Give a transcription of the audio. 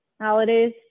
holidays